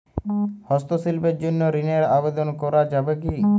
হস্তশিল্পের জন্য ঋনের আবেদন করা যাবে কি?